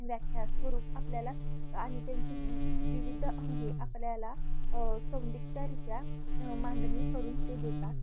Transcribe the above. व्याख्यास्वरूप आपल्याला आणि त्यांची विविध अंगे आपल्याला संदिग्धरीत्या मांडणी करून ते देतात